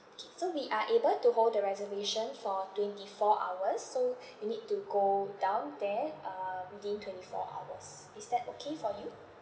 K so we are able to hold the reservation for twenty four hours so you need to go down there uh within twenty four hours is that okay for you